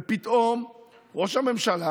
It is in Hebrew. ופתאום ראש הממשלה,